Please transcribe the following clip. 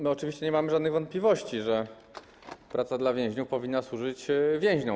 My oczywiście nie mamy żadnych wątpliwości, że praca dla więźniów powinna służyć więźniom.